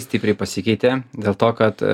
stipriai pasikeitė dėl to kad